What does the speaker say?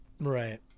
right